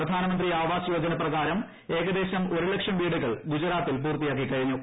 പ്രധാനമന്ത്രി ആവാസ് യോജന പ്രകാരം ഏകദേശം ഒരു ലക്ഷം വീടുകൾ ഗുജറാത്തിൽ പൂർത്തിയാക്കിക്കഴിഞ്ഞു